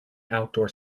outdoor